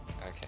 Okay